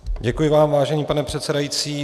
Děkuji vám, vážený pane předsedající.